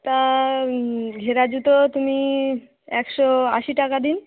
তা ঘেরা জুতো তুমি একশো আশি টাকা দিন